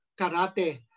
karate